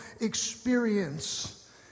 experience